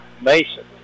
Mason